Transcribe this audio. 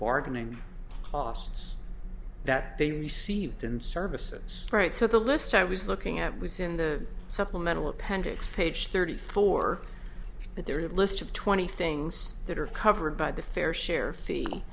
bargaining costs that they received in services right so the lists i was looking at was in the supplemental appendix page thirty four but there is a list of twenty things that are covered by the fair share